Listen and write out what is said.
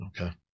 okay